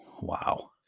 wow